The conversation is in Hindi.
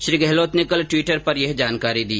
श्री गहलोत ने कल ट्वीटर पर यह जानकारी दी